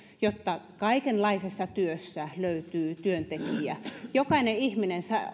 jotta kaikenlaisessa työssä löytyy työntekijä jokainen ihminen